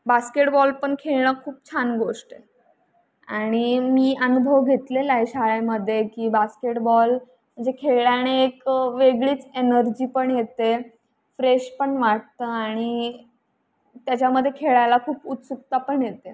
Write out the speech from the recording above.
basketball पण खेळणं खूप छान गोष्ट आहे आणि मी अनुभव घेतलेला आहे शाळेमध्ये की बास्केटबॉल म्हणजे खेळल्याने एक वेगळीच एनर्जी पण येते फ्रेश पण वाटतं आणि त्याच्यामध्ये खेळायला खूप उत्सुकता पण येते